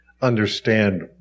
understand